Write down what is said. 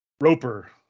Roper